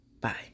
bye